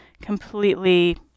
completely